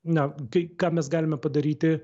na kai ką mes galime padaryti